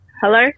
Hello